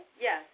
Yes